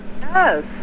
Yes